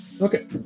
Okay